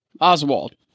Oswald